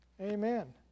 Amen